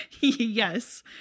yes